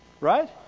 right